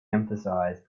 emphasized